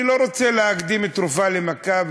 אני לא רוצה להקדים תרופה למכה,